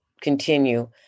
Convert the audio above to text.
continue